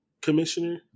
Commissioner